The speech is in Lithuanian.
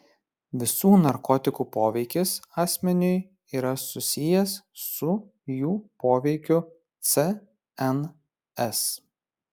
visų narkotikų poveikis asmeniui yra susijęs su jų poveikiu cns